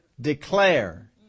declare